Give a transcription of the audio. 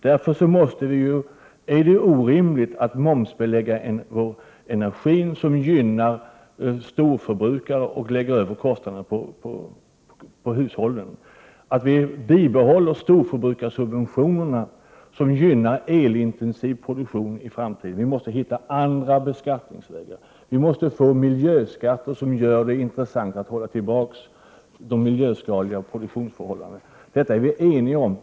Därför är det orimligt att momsbelägga energin, så att storbrukare gynnas medan kostnaderna läggs på hushållen. Det är orimligt att bibehålla storförbrukarsubventionerna som gynnar elintensiv produktion. Vi måste i framtiden hitta andra beskattningsvägar. Vi måste få miljöskatter som gör det intressant att hålla tillbaka de miljöskadliga produktionssätten. Detta är vi eniga om.